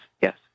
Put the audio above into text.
yes